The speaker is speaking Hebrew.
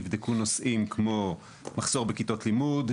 נבדקו נושאים כמו מחסור בכיתות לימוד,